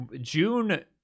June